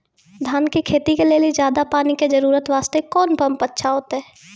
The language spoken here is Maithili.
धान के खेती के लेली ज्यादा पानी के जरूरत वास्ते कोंन पम्प अच्छा होइते?